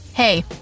Hey